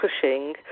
pushing